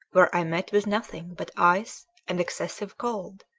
where i met with nothing but ice and excessive cold,